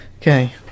Okay